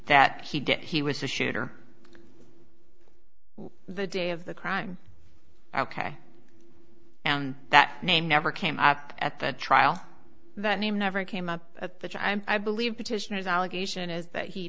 that he did he was the shooter the day of the crime ok and that name never came up at the trial that name never came up at the time i believe petitioners allegation is that he